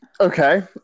Okay